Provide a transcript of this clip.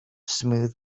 smooth